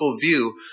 view